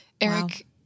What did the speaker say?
Eric